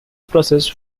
process